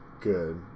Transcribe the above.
good